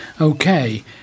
Okay